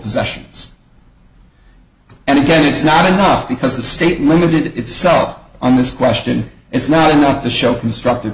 possessions and again it's not enough because the state limited itself on this question it's not enough to show constructive